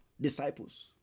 disciples